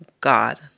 God